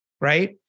Right